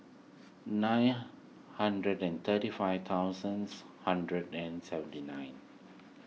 nine hundred and thirty five thousands hundred and seventy nine